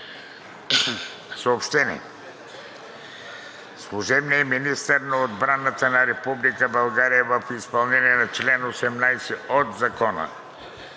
Съобщения: Служебният министър на отбраната на Република България в изпълнение на чл. 18 от Закона